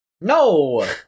No